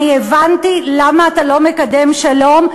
אני הבנתי למה אתה לא מקדם שלום,